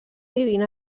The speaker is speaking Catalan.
vivint